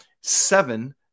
seven